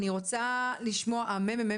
אני רוצה לשמוע את אנשי הממ"מ,